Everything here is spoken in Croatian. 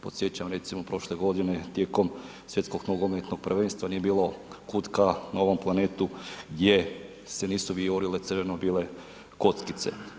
Podsjećam recimo prošle godine tijekom Svjetskog nogometnog prvenstva nije bilo kutka na ovom planetu gdje se nisu vijorile crveno-bijele kockice.